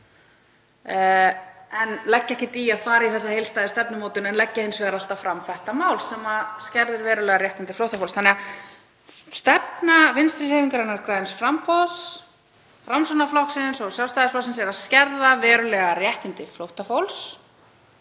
Þau leggja ekki í að fara í þessa heildstæðu stefnumótun en leggja hins vegar alltaf fram þetta mál sem skerðir verulega réttindi flóttafólks. Stefna Vinstrihreyfingarinnar – græns framboðs, Framsóknarflokksins og Sjálfstæðisflokksins er að skerða verulega réttindi flóttafólks.